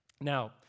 Now